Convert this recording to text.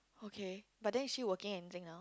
okay but then she working anything now